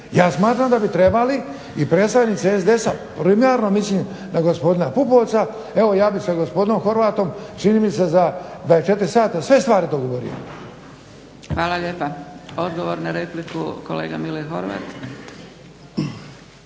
Ja smatram da bi trebali i predstavnici SDSS primarno mislim na gospodina PUpovca, evo ja bih sa gospodinom Horvatom čini mi se za 24 sata sve stvari dogovorio. **Zgrebec, Dragica (SDP)** Hvala lijepa. Odgovor na repliku kolega Mile Horvat.